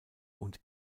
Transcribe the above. und